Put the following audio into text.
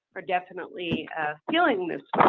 are definitely feeling.